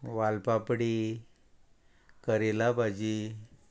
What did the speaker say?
वालपापडी करेला भाजी